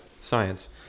Science